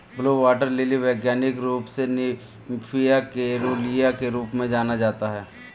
blue water lily वैज्ञानिक रूप से निम्फिया केरूलिया के रूप में जाना जाता है